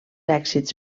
èxits